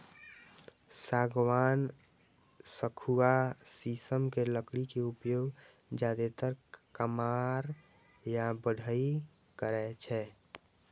सागवान, सखुआ, शीशम के लकड़ी के उपयोग जादेतर कमार या बढ़इ करै छै